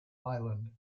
island